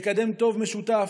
לקדם טוב משותף.